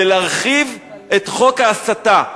זה להרחיב את חוק ההסתה.